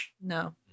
No